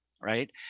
right